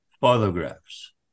photographs